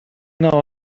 نوع